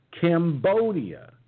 Cambodia